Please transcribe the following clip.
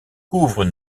couvre